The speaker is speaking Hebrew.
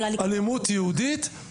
אלימות יהודית.